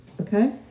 Okay